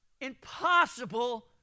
impossible